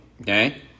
okay